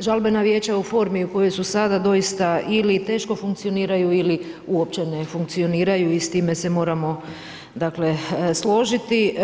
žalbeno vijeće je u formi u kojoj su sada, doista, ili teško funkcioniraju ili uopće ne funkcioniraju i s time se moramo složiti.